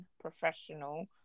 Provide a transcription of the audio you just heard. professional